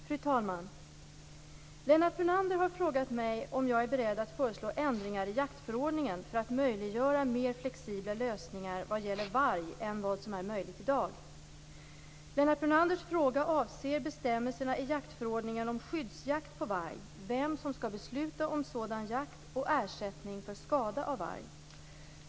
Fru talman! Lennart Brunander har frågat mig om jag är beredd att föreslå ändringar i jaktförordningen för att möjliggöra mer flexibla lösningar vad gäller varg än vad som är möjligt i dag. Lennart Brunanders fråga avser bestämmelserna i jaktförordningen om skyddsjakt på varg, vem som skall besluta om sådan jakt och ersättning för skada av varg.